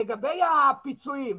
לגבי הפיצויים.